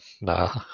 nah